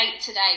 today